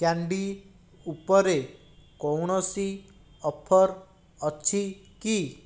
candy ଉପରେ କୌଣସି offer ଅଛି କି